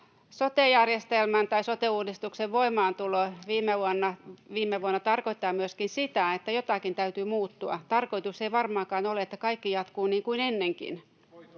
edustajat! Sote-uudistuksen voimaantulo viime vuonna tarkoittaa myöskin sitä, että jonkin täytyy muuttua. Tarkoitus ei varmaankaan ole, että kaikki jatkuu niin kuin ennenkin.